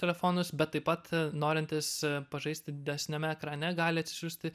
telefonus bet taip pat norintys pažaisti didesniame ekrane gali atsisiųsti